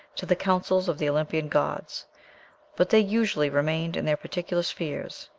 to the councils of the olympian gods but they usually remained in their particular spheres,